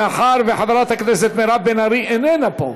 מאחר שחברת הכנסת מירב בן ארי איננה פה.